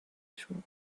through